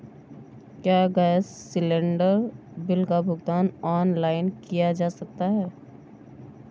क्या gas cylinder bill का भुगतान ऑनलाइन किया जा सकता है?